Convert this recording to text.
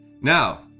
Now